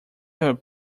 have